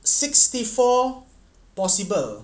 sixty four possible